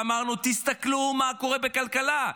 אמרנו: תסתכלו מה קורה בכלכלה.